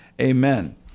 amen